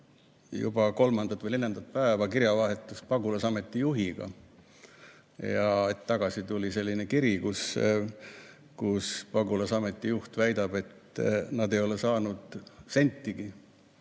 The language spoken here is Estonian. juba kolmandat või neljandat päeva kirjavahetust pagulasameti juhiga ja hetk tagasi tuli selline kiri, kus pagulasameti juht väidab, et nad ei ole saanud sentigi